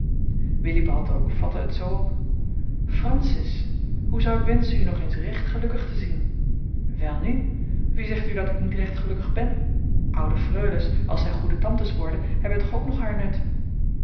willibald ook vatte het zoo op francis hoe zou ik wenschen u nog eens recht gelukkig te zien welnu wie zegt u dat ik niet recht gelukkig ben oude freules als zij goede tantes worden hebben toch ook nog haar nut